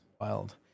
Wild